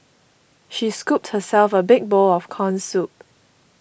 she scooped herself a big bowl of Corn Soup